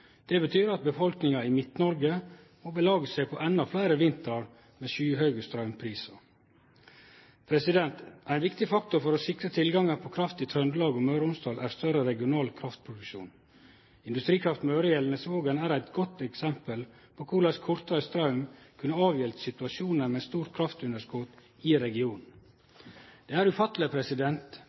Det betyr at befolkninga i Midt-Noreg må belage seg på endå fleire vintrar med skyhøge straumprisar. Ein viktig faktor for å sikre tilgangen på kraft i Trøndelag og Møre og Romsdal er større regional kraftproduksjon. Industrikraft Møre i Elnesvågen er eit godt eksempel på korleis kortreist straum kunne avhjelpe situasjonen med stort kraftunderskot i regionen. Det er ufatteleg